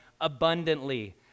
abundantly